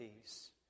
peace